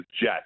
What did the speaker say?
jet